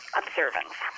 observance